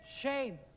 Shame